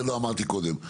זה לא אמרתי קודם,